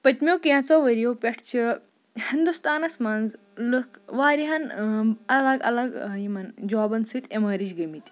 پٔتۍمیو کینٛژھو ؤرِیو پٮ۪ٹھٕ چھِ ہِندُستانَس منٛز لُکھ واریاہن الگ الگ یِمَن جابَن سۭتۍ اِمٲرِج گٔمٕتۍ